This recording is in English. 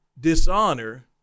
dishonor